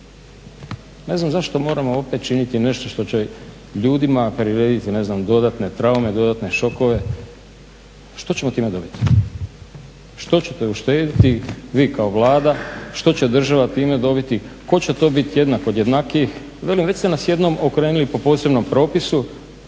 Ne znam zašto moramo opet činiti nešto što će ljudima prirediti ne znam dodatne traume, dodatne šokove? Što ćemo time dobiti? Što ćete uštedjeti vi kao Vlada, što će država time dobiti, tko će to biti jednak od jednakijih? Velim, već ste nas jednom okrenuli po posebnom propisu